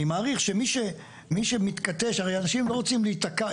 אני מעריך שמי שמתכתש, אנשים לא רוצים להיתקע.